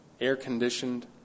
air-conditioned